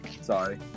sorry